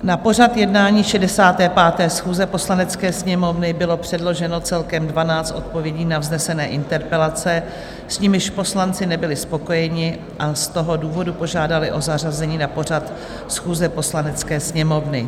Na pořad jednání 65. schůze Poslanecké sněmovny bylo předloženo celkem 12 odpovědí na vznesené interpelace, s nimiž poslanci nebyli spokojeni, a z toho důvodu požádali o zařazení na pořad schůze Poslanecké sněmovny.